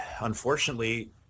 unfortunately